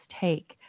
take